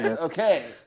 Okay